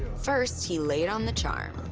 first, he laid on the charm.